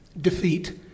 defeat